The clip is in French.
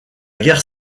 guerre